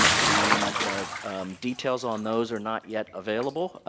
the details on those are not yet available.